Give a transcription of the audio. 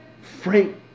Frank